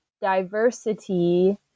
diversity